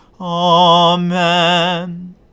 Amen